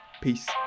Peace